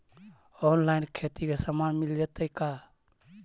Online खेती के सामान मिल जैतै का?